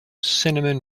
cinnamon